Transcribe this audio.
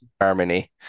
harmony